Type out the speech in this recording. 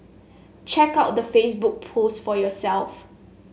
check out the Facebook post for yourself